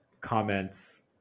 comments